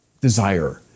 desire